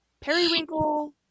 periwinkle